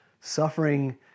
Suffering